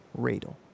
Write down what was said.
Radel